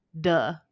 Duh